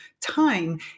time